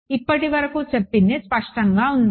ఇప్పటి వరకు చెప్పింది స్పష్టంగా ఉందా